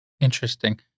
Interesting